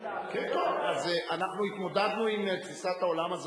זאת תפיסת העולם,